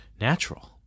Natural